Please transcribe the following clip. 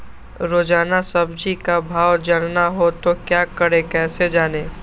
रोजाना सब्जी का भाव जानना हो तो क्या करें कैसे जाने?